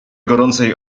gorącej